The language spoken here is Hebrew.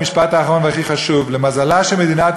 במשפט האחרון והכי חשוב: למזלה של מדינת